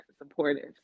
supportive